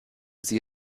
sie